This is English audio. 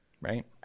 right